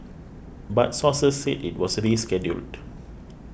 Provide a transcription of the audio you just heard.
but sources said it was rescheduled